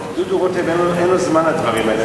דודו רותם, אין לו זמן לדברים האלה.